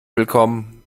willkommen